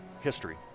history